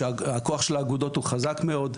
שהכוח של האגודות הוא חזק מאוד.